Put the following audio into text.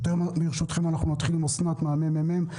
ברשותכם, נתחיל עם אסנת מהממ"מ.